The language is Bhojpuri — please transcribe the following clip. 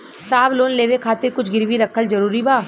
साहब लोन लेवे खातिर कुछ गिरवी रखल जरूरी बा?